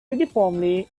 uniformly